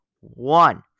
one